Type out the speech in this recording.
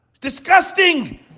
Disgusting